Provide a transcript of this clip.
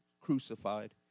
crucified